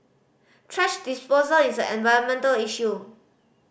thrash disposal is an environmental issue